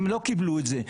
הם לא קיבלו את זה.